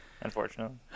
Unfortunately